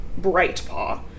Brightpaw